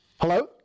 Hello